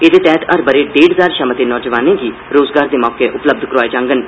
एह्दे तैह्त हर ब'रे डेढ हजार शा मते नौजवानें गी रोजगार दे मौके उपलब्ध करोआए जाड़न